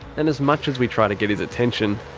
and as much as we try to get his attention,